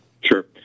Sure